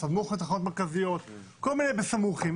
בסמוך לתחנות מרכזיות כל מיני "בסמוכים"